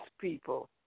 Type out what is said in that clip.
people